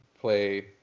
play